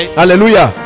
hallelujah